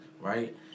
right